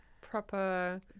proper